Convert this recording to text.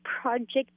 project